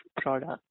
product